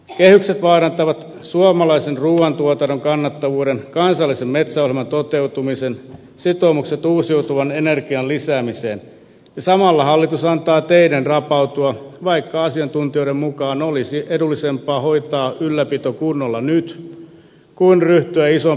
kehykset vaarantavat suomalaisen ruuantuotannon kannattavuuden kansallisen metsäohjelman toteutumisen sitoumukset uusiutuvan energian lisäämiseen ja samalla hallitus antaa teiden rapautua vaikka asiantuntijoiden mukaan olisi edullisempaa hoitaa ylläpito kunnolla nyt kuin ryhtyä isompiin korjaustalkoisiin tulevaisuudessa